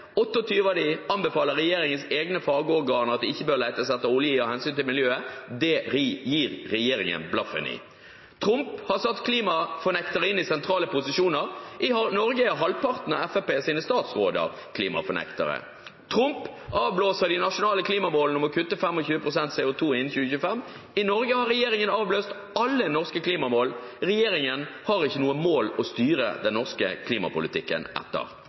av hensyn til miljøet. Det gir regjeringen blaffen i. Trump har satt klimafornektere inn i sentrale posisjoner. I Norge er halvparten av Fremskrittspartiets statsråder klimafornektere. Trump avblåser de nasjonale klimamålene om å kutte 25 pst. CO 2 innen 2025. I Norge har regjeringen avblåst alle norske klimamål. Regjeringen har ikke noe mål å styre den norske klimapolitikken etter.